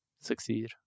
succeed